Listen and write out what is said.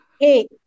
Hey